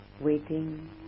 waiting